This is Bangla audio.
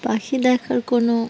পাখি দেখার কোনো